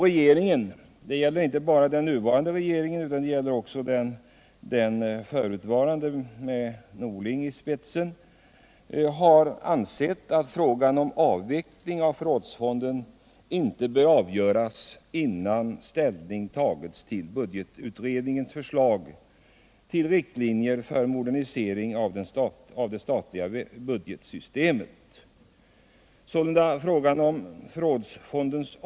Regeringen, inte bara den nuvarande utan också den förutvarande med herr Norling som företrädare, har ansett att frågan om avveckling av förrådsfonden inte bör avgöras innan ställning tagits till budgetutredningens förslag om riktlinjer för modernisering av det statliga budgetsystemet.